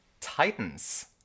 Titans